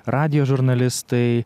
radijo žurnalistai